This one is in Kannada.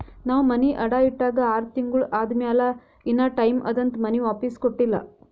ನಾವ್ ಮನಿ ಅಡಾ ಇಟ್ಟಾಗ ಆರ್ ತಿಂಗುಳ ಆದಮ್ಯಾಲ ಇನಾ ಟೈಮ್ ಅದಂತ್ ಮನಿ ವಾಪಿಸ್ ಕೊಟ್ಟಿಲ್ಲ